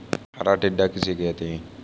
हरा टिड्डा किसे कहते हैं?